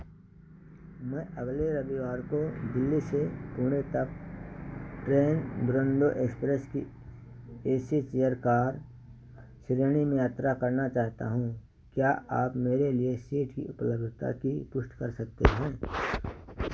मैं अगले रविवार को दिल्ली से पुणे तक ट्रैन दुरंदर एक्सप्रेस की ए सी चेयर कार श्रेणी में यात्रा करना चाहता हूँ क्या आप मेरे लिए सीट की उपलब्धता की पुष्टि कर सकते हैं